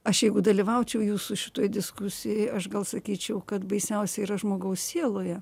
aš jeigu dalyvaučiau jūsų šitoj diskusijoj aš gal sakyčiau kad baisiausia yra žmogaus sieloje